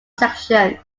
section